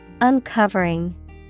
uncovering